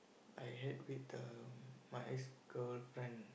I had with uh my ex girlfriend